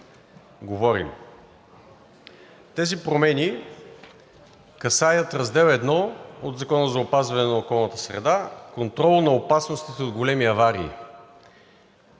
Тези промени касаят Раздел I от Закона за опазване на околната среда – „Контрол на опасностите от големи аварии“,